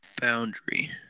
boundary